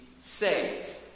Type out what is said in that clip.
saved